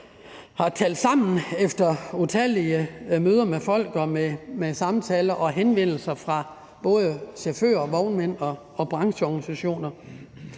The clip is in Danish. har talt sammen efter utallige møder med folk og med samtaler og henvendelser fra både chauffører og vognmænd og brancheorganisationer.